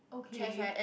okay